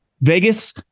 Vegas